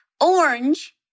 Orange